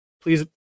please